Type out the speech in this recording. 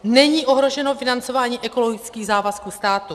Není ohroženo financování ekologických závazků státu.